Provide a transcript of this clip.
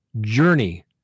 journey